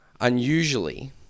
unusually